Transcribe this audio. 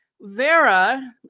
Vera